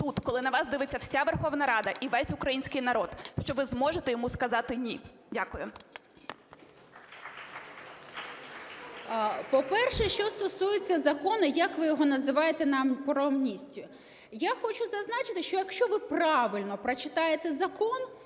тут, коли на вас дивиться вся Верховна Рада і весь український народ, що ви зможете йому сказати "ні"? Дякую. 09:34:35 ВЕНЕДІКТОВА І.В. По-перше, що стосується закону, як ви його називаєте, про амністію. Я хочу зазначити, що якщо ви правильно прочитаєте закон